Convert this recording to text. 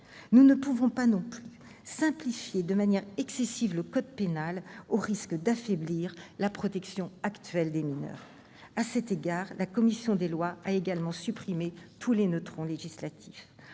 Nous ne pouvons pas non plus simplifier de manière excessive le code pénal au risque d'affaiblir la protection actuelle des mineurs ! À cet égard, la commission des lois a également supprimé tous les « neutrons législatifs